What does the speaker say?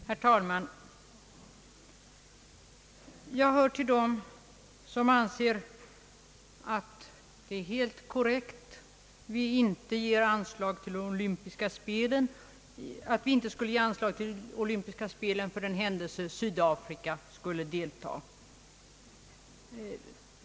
Herr talman! Jag hör till dem som anser att det är helt korrekt att vi inte ger anslag till Sveriges deltagande i de olympiska spelen för den händelse Sydafrika tillåtes delta.